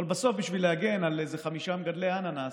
אבל בסוף, בשביל להגן על חמישה מגדלי אננס,